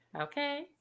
okay